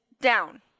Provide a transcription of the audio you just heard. Down